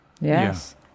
Yes